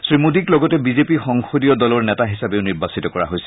শ্ৰীমোদীক লগতে বিজেপি সংসদীয় দলৰ নেতা হিচাপেও নিৰ্বাচিত কৰা হৈছে